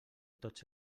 tots